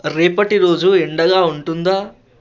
రేపటి రోజు ఎండగా ఉంటుందా